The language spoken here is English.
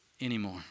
anymore